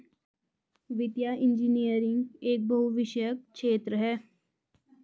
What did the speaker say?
वित्तीय इंजीनियरिंग एक बहुविषयक क्षेत्र है